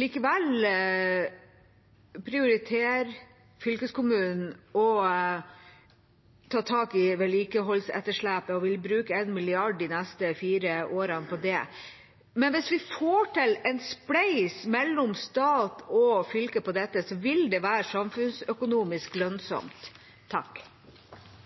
Likevel prioriterer fylkeskommunen å ta tak i vedlikeholdsetterslepet og vil bruke 1 mrd. kr de neste fire årene på det. Men hvis vi får til en spleis mellom stat og fylke på dette, vil det være samfunnsøkonomisk lønnsomt.